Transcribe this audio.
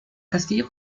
castillo